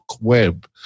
web